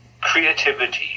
creativity